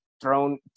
thrown